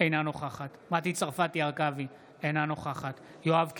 אינה נוכחת מטי צרפתי הרכבי, אינה נוכחת יואב קיש,